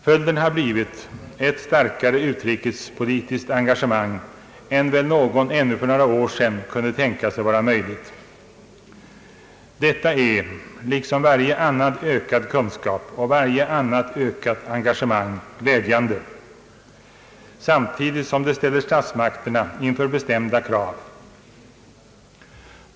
Följden har blivit ett starkare utrikespolitiskt engagemang än vad någon ännu för några år sedan kunde tänka sig vara möjligt. Detta är liksom varje annan ökad kunskap och varje annat ökat engagemang glädjande, samtidigt som det ställer statsmakterna inför bestämda krav.